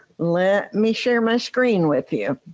let me share my screen with you.